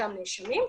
אותם נאשמים,